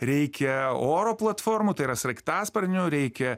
reikia oro platformų tai yra sraigtasparnių reikia